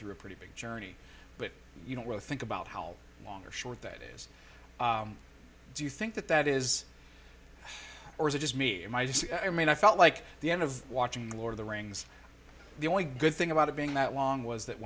through a pretty big journey but you don't really think about how long or short that is do you think that that is or is it just me and i just i mean i felt like the end of watching lord of the rings the only good thing about it being that long was that